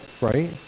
right